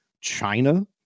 China